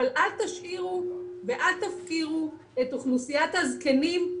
אבל אל תשאירו ואל תפקירו את אוכלוסיית הזקנים,